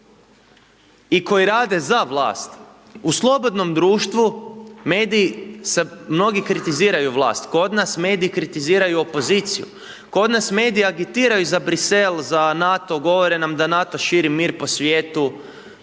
i koji rade za vlast. U slobodnom društvu mediji, mnogi kritiziraju vlast, kod nas mediji kritiziraju opoziciju, kod nas mediji agitiraju za Brisel, za NATO, govore nam da NATO širi mir po svijetu,